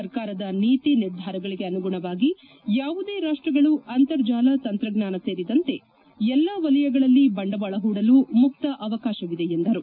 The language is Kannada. ಸರ್ಕಾರದ ನೀತಿ ನಿರ್ಧಾರಗಳಿಗೆ ಅನುಗುಣವಾಗಿ ಯಾವುದೇ ರಾಷ್ಷಗಳು ಅಂತರ್ಜಾಲ ತಂತ್ರಜ್ಞಾನ ಸೇರಿದಂತೆ ಎಲ್ಲಾ ವಲಯಗಳಲ್ಲಿ ಬಂಡವಾಳ ಹೂಡಲು ಮುಕ್ತ ಅವಕಾಶವಿದೆ ಎಂದರು